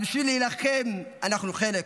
אז בשביל להילחם אנחנו חלק,